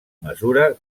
mesura